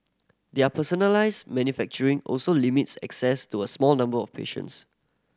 their personalised manufacturing also limits access to a small number of patients